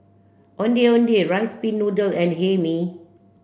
Ondeh Ondeh rice pin noodle and Hae Mee